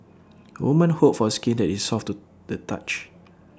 women hope for skin that is soft to the touch